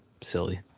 silly